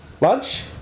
Lunch